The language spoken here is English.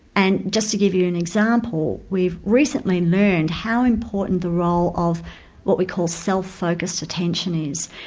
and just to give you an example, we've recently learned how important the role of what we call self-focussed attention is.